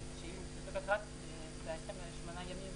שמונה ימים